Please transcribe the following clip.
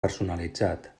personalitzat